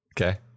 Okay